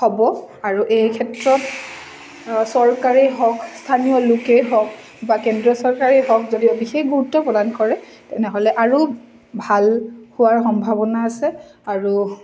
হ'ব আৰু এই ক্ষেত্ৰত চৰকাৰেই হওক স্থানীয় লোকেই হওক বা কেন্দ্ৰীয় চৰকাৰেই হওক যদিও বিশেষ গুৰুত্ব প্ৰদান কৰে তেনেহ'লে আৰু ভাল হোৱাৰ সম্ভাৱনা আছে আৰু